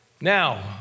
Now